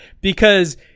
because-